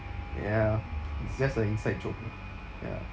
ya it's just a inside joke lah ya